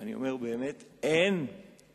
אני אומר, באמת, אין כמו